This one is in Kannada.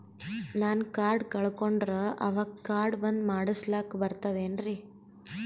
ನಾನು ಕಾರ್ಡ್ ಕಳಕೊಂಡರ ಅವಾಗ ಕಾರ್ಡ್ ಬಂದ್ ಮಾಡಸ್ಲಾಕ ಬರ್ತದೇನ್ರಿ?